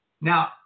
now